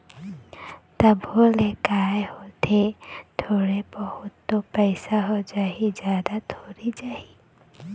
तभो ले काय होगे थोरे बहुत तो पइसा ह जाही जादा थोरी जाही